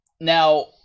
Now